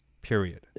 period